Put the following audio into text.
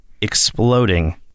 exploding